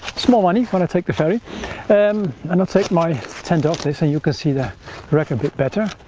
small money when i take the ferry and and i'll take my tent off this and you can see that rack a bit better